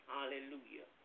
Hallelujah